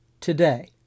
today